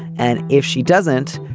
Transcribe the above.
and if she doesn't.